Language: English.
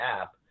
app